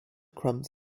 crumbs